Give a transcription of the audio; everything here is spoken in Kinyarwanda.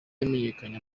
yamenyekanye